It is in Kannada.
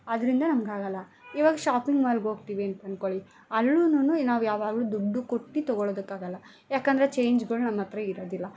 ಆದ್ದರಿಂದ ನಮ್ಗೆ ಆಗಲ್ಲ ಇವಾಗ ಶಾಪಿಂಗ್ ಮಾಲ್ಗೆ ಹೋಗ್ತೀವಿ ಅಂತ ಅಂದ್ಕೊಳ್ಳಿ ಅಲ್ಲೂನು ನಾವು ಯಾವಾಗಲೂ ದುಡ್ಡು ಕೊಟ್ಟು ತಗೊಳ್ಳೋದಕ್ಕಾಗಲ್ಲ ಏಕೆಂದ್ರೆ ಚೇಂಜ್ಗಳು ನಮ್ಮ ಹತ್ರ ಇರೋದಿಲ್ಲ